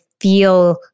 feel